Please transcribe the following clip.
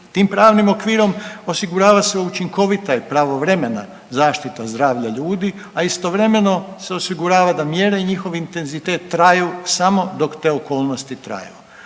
Tim pravnim okvirom osigurava se učinkovita i pravovremena zaštita zdravlja ljudi, a istovremeno se osigurava da mjere i njihov intenzitet traju samo dok te okolnosti traju.